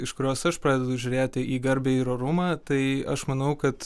iš kurios aš pradedu žiūrėti į garbę ir orumą tai aš manau kad